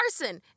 arson